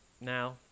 Now